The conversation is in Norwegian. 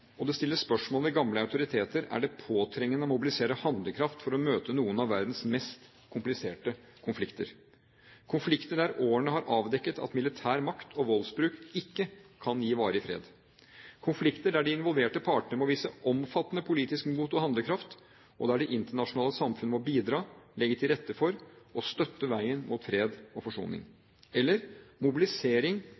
og det stilles spørsmål ved gamle autoriteter, er det påtrengende å mobilisere handlekraft for å møte noen av verdens mest kompliserte konflikter – konflikter der årene har avdekket at militær makt og voldsbruk ikke kan gi varig fred, konflikter der de involverte parter må vise omfattende politisk mot og handlekraft, og der det internasjonale samfunn må bidra, legge til rette for og støtte veien mot fred og forsoning